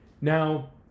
Now